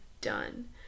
done